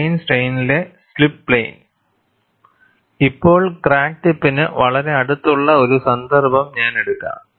plain സ്ട്രെയിനിലെ slip planes ഇപ്പോൾ crack ടിപ്പിന് വളരെ അടുത്തുള്ള ഒരു സന്ദർഭം ഞാൻ എടുക്കാം